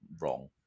wrong